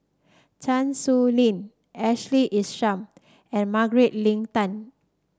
Chan Sow Lin Ashley Isham and Margaret Leng Tan